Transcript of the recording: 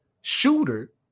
shooter